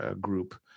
group